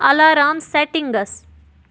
alarm settings